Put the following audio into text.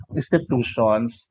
institutions